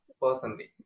personally